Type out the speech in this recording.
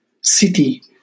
city